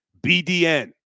BDN